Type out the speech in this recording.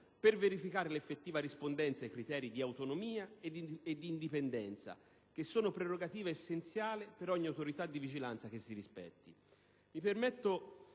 per verificarne l'effettiva rispondenza ai criteri di autonomia e di indipendenza che sono prerogativa essenziale per ogni autorità di vigilanza che si rispetti.